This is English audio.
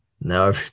now